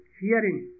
hearing